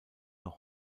noch